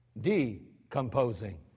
decomposing